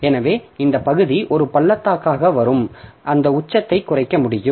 எனவே இந்த பகுதி ஒரு பள்ளத்தாக்காக வரும் அந்த உச்சத்தை குறைக்க முடியும்